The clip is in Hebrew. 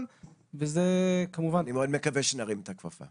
וזה כמובן --- אני מאוד מקווה שנרים את הכפפה.